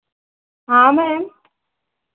हाँ मैम